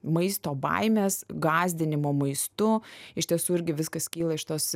maisto baimės gąsdinimo maistu iš tiesų irgi viskas kyla iš tos